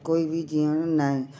कोई बि जीवन न आहे